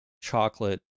chocolate